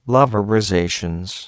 Loverizations